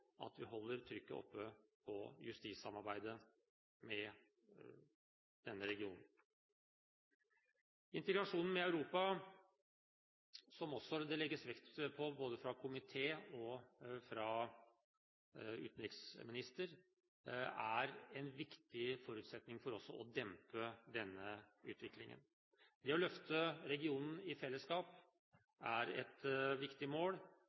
at vi holder trykket oppe på justissamarbeidet med denne regionen. Integrasjonen med Europa, som det også legges vekt på både fra komité og fra utenriksminister, er en viktig forutsetning for å dempe denne utviklingen. Det å løfte regionen i fellesskap er et viktig mål,